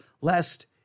lest